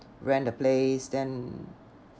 rent the place then